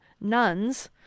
nuns